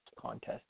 contest